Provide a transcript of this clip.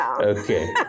okay